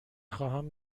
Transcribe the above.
خواهم